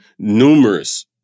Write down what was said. numerous